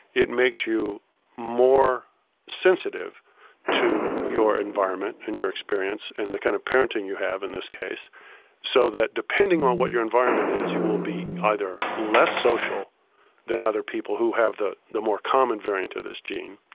it makes you more sensitive to your environment and your experience and the kind of parenting you have in this case so that depending on what your environment is you will be either less social than other people who have the the more common variant of this gene,